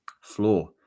Floor